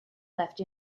left